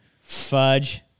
fudge